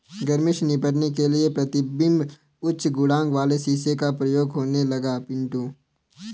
गर्मी से निपटने के लिए प्रतिबिंब उच्च गुणांक वाले शीशे का प्रयोग होने लगा है पिंटू